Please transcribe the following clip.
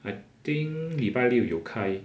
I think 礼拜六有开